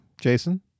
Jason